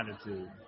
attitude